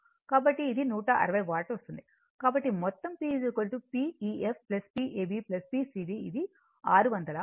కాబట్టి మొత్తం P Pef Pab P cd ఇది 600 వాట్